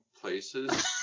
places